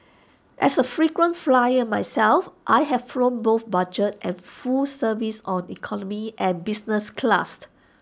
as A frequent flyer myself I have flown both budget and full service on economy and business class